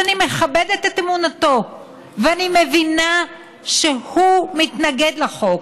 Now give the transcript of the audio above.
שאני מכבדת את אמונתנו ואני מבינה שהוא מתנגד לחוק,